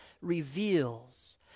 reveals